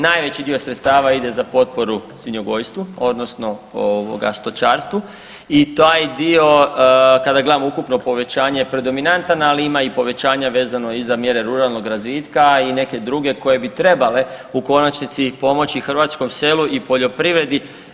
Najveći dio sredstava ide za potporu svinjogojstvu, odnosno stočarstvu i taj dio kada gledamo ukupno povećanje predominantan, ali ima i povećanja vezano i za mjere ruralnog razvitka i neke druge koje bi trebale u konačnici pomoći hrvatskom selu i poljoprivredi.